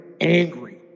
angry